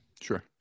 Sure